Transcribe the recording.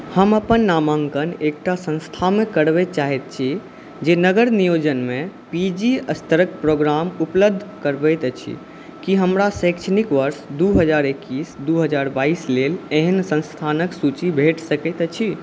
हम अपन नामाङ्कन एकटा सँस्थानमे करबै चाहै छी जे नगर नियोजनमे पी जी स्तरके प्रोग्राम उपलब्ध करबैत अछि कि हमरा शैक्षणिक वर्ष दुइ हजार इकैस दुइ हजार बाइस लेल एहन सँस्थानके सूची भेटि सकैत अछि